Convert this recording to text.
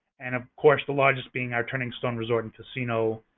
and of course, the largest being our turning stone resort and casino,